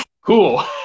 cool